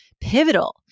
pivotal